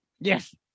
Yes